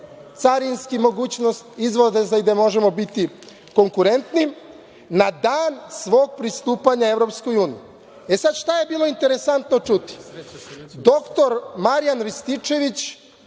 bezcarinsku mogućnost izvoza i gde možemo biti konkurentni, na dan svog pristupanja EU.Sada, šta je bilo interesantno čuti. Doktor Marijan Rističević